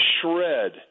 shred